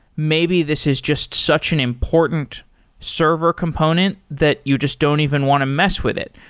maybe this is just such an important server component that you just don't even want to mess with it.